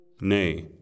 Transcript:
Nay